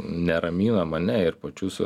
neramina mane ir pačius